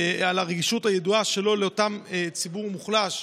על הרגישות הידועה שלו לאותו ציבור מוחלש,